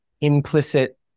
implicit